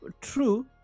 True